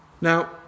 Now